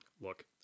look